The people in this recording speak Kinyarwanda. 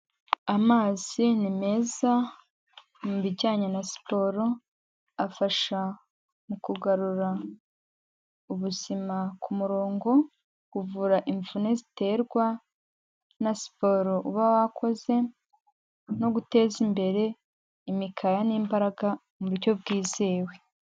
Amazi ni meza mu bijyanye na siporo, afasha mu kugarura ubuzima ku murongo, kuvura imvune ziterwa na siporo uba wakoze no guteza imbere imikaya n'imbaraga mu buryo bwizewe.